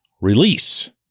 release